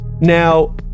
Now